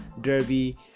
Derby